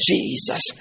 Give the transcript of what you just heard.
Jesus